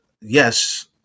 yes